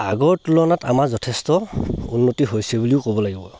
আগৰ তুলনাত আমাৰ যথেষ্ট উন্নতি হৈছে বুলিও ক'ব লাগিব